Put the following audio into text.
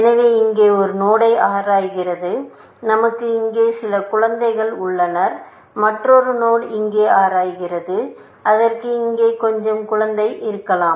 எனவே இங்கே ஒரு நோடை ஆராய்கிறது நமக்கு இங்கே சில குழந்தைகள் உள்ளனர் மற்றொரு நோடுஇங்கே ஆராய்கிறது அதற்கு இங்கே கொஞ்சம் குழந்தை இருக்கலாம்